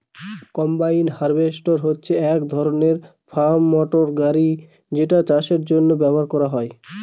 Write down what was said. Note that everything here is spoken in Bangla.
কম্বাইন হার্ভেস্টর হচ্ছে এক ধরনের ফার্ম মটর গাড়ি যেটা চাষের জন্য ব্যবহার করা হয়